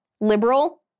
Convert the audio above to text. Liberal